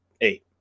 eight